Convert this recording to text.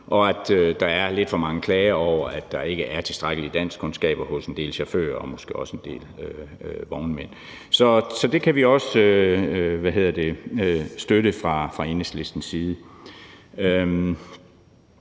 og at der er lidt for mange klager over, at der ikke er tilstrækkelige danskkundskaber hos en del chauffører og måske også en del vognmand. Så det kan vi også støtte fra Enhedslistens side.